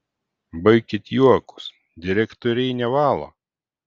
baikit juokus direktoriai nevalo